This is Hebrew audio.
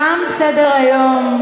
תם סדר-היום.